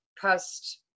past